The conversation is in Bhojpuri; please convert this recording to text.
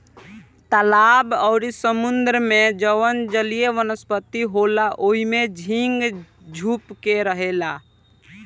तालाब अउरी समुंद्र में जवन जलीय वनस्पति होला ओइमे झींगा छुप के रहेलसन